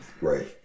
Right